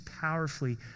powerfully